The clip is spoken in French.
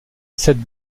cette